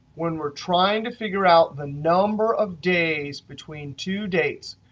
when we're trying to figure out the number of days between two dates,